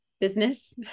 business